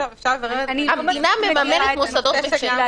המדינה מממנת מוסדות מפרים.